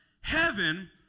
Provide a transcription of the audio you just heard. heaven